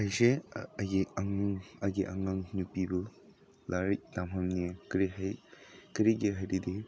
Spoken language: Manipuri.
ꯑꯩꯁꯦ ꯑꯩꯒꯤ ꯑꯩꯒꯤ ꯑꯉꯥꯡ ꯅꯨꯄꯤꯕꯨ ꯂꯥꯏꯔꯤꯛ ꯇꯝꯍꯟꯅꯤꯡꯉꯦ ꯀꯔꯤ ꯍꯥꯏ ꯀꯔꯤꯒꯤ ꯍꯥꯏꯔꯗꯤ